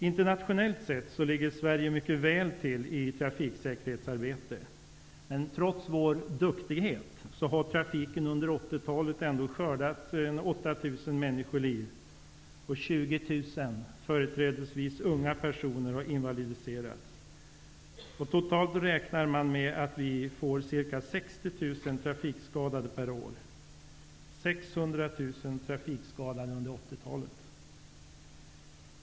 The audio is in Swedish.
Internationellt sett ligger Sverige mycket väl till i trafiksäkerhetsarbetet. Men trots vår duktighet har trafiken under 80-talet skördat 8 000 människoliv. 20 000 personer, företrädesvis unga, har invalidiserats. Totalt räknar man med att vi får ca 60 000 trafikskadade per år. 600 000 trafikskadade under 80-talet!